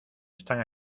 están